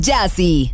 Jazzy